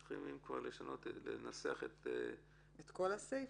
צריך אם כבר לשנות -- את כל הסעיף?